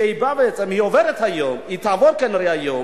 שבאה, בעצם היא עוברת היום, היא כנראה תעבור היום,